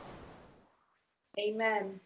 Amen